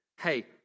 hey